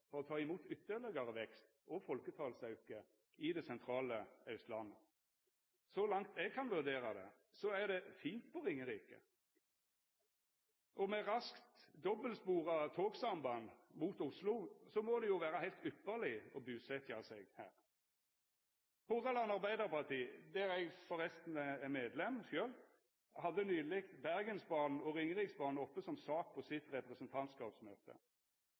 for å ta imot ytterlegare vekst og folketalsauke på det sentrale Austlandet. Så langt eg kan vurdera det, er det fint på Ringerike, og med raskt, dobbeltspora togsamband mot Oslo, må det jo vera heilt ypparleg å busetja seg her. Hordaland Arbeidarparti, der eg forresten er medlem sjølv, hadde nyleg Bergensbanen og Ringeriksbanen oppe som sak på representantskapsmøtet sitt.